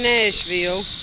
Nashville